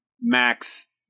Max